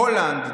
הולנד,